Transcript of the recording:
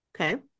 Okay